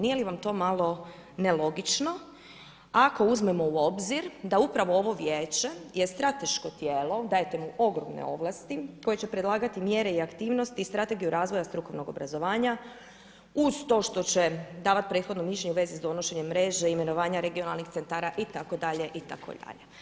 Nije li vam to malo nelogično ako uzmemo u obzir da upravo ovo Vijeće je strateško tijelo, dajete mu ogromne ovlasti koje će predlagati mjere i aktivnosti i Strategiju razvoja strukovnog obrazovanja uz to što će davati prethodno mišljenje u vezi sa donošenjem mreže, imenovanja regionalnih centara itd., itd.